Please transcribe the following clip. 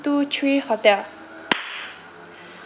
two three hotel